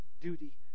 duty